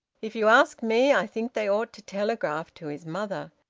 if you ask me, i think they ought to telegraph to his mother.